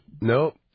Nope